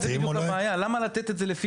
זו בדיוק הבעיה: למה לתת את זה לפי